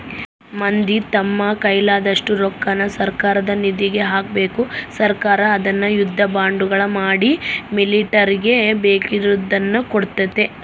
ಮಂದಿ ತಮ್ಮ ಕೈಲಾದಷ್ಟು ರೊಕ್ಕನ ಸರ್ಕಾರದ ನಿಧಿಗೆ ಹಾಕಬೇಕು ಸರ್ಕಾರ ಅದ್ನ ಯುದ್ಧ ಬಾಂಡುಗಳ ಮಾಡಿ ಮಿಲಿಟರಿಗೆ ಬೇಕಿರುದ್ನ ಕೊಡ್ತತೆ